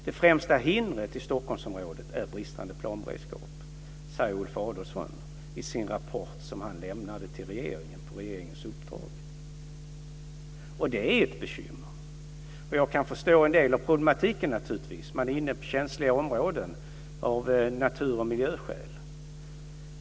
Det främsta hindret i Stockholmsområdet är bristande planberedskap, säger Ulf Adelsohn i sin rapport som han lämnade till regeringen på regeringens uppdrag. Och det är ett bekymmer. Jag kan naturligtvis förstå en del av problematiken. Man är inne på känsliga områden av natur och miljöskäl.